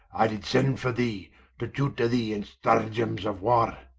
i did send for thee to tutor thee in stratagems of warre,